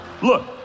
Look